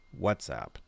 whatsapp